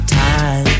time